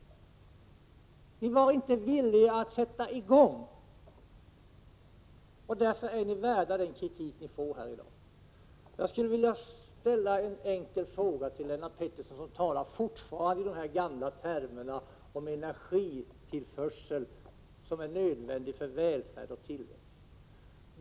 Socialdemokraterna var inte villiga att sätta i gång. Därför har ni förtjänat den kritik som ni får här i dag. Jag skulle vilja ställa en enkel fråga till Lennart Pettersson, som fortfarande talar i de gamla termerna om energitillförsel som någonting nödvändigt för välfärden och tillväxten.